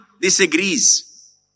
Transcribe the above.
disagrees